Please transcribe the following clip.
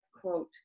quote